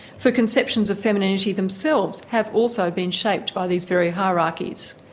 for conceptions of femininity themselves have also been shaped by these very hierarchies.